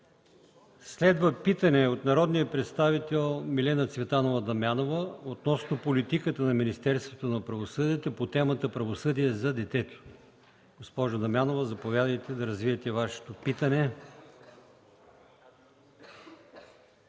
Следва питане от народния представител Милена Цветанова Дамянова относно политиката на Министерството на правосъдието по темата „Правосъдие за детето”. Госпожо Дамянова, заповядайте, за да развиете своето питане.